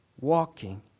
walking